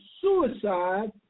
suicide